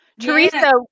Teresa